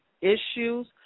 issues